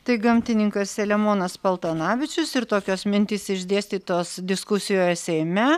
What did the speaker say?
tai gamtininkas selemonas paltanavičius ir tokios mintys išdėstytos diskusijoje seime